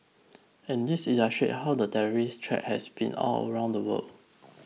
and these illustrate how the terrorist threat has been all around the world